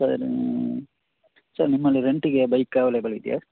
sir sir ನಿಮ್ಮಲ್ಲಿ ರೆಂಟಿಗೆ bike available ಇದೆಯಾ